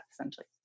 essentially